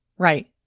Right